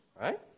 Right